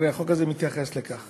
הרי החוק הזה מתייחס לכך.